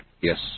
Yes